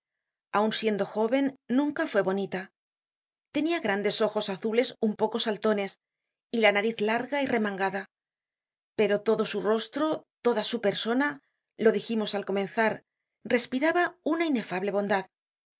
aun siendo jóven nunca fue bonita tenia grandes ojos azules un poco saltones y la nariz larga y remangada pero todo su rostro toda su persona lo dijimos al comenzar respiraba una inefable bondad